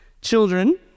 children